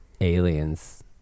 aliens